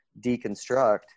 deconstruct